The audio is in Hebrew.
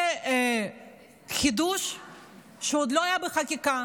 זה חידוש שעוד לא היה בחקיקה.